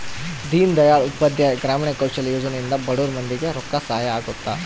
ದೀನ್ ದಯಾಳ್ ಉಪಾಧ್ಯಾಯ ಗ್ರಾಮೀಣ ಕೌಶಲ್ಯ ಯೋಜನೆ ಇಂದ ಬಡುರ್ ಮಂದಿ ಗೆ ರೊಕ್ಕ ಸಹಾಯ ಅಗುತ್ತ